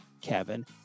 Kevin